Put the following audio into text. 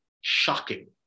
Shocking